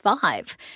five